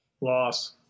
Loss